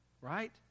right